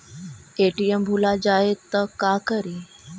ATM भुला जाये त का करि?